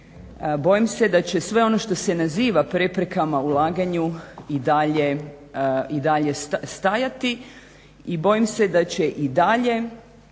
bojim se da će sve ono što se naziva preprekama ulaganju i dalje stajati i bojim se da će i dalje